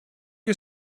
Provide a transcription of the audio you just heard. you